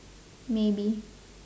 maybe